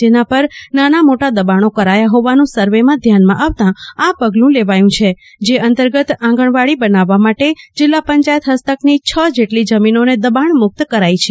જેના પર નાના મોટા દબાણો કરાચા હોવાનું સર્વેમાં ધ્યાનમાં આવતાં આ પગલું લેવાયું છે જે અંતર્ગત આંગણવાડી બનાવવા માટે જીલ્લા પંચાયત હસ્તકની છ જેટલી જમીનોને દબાણ મુંકવ કરાઈ છે